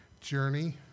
journey